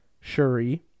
Shuri